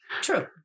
True